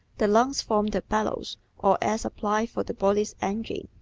the lungs form the bellows or air-supply for the body's engine,